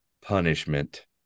punishment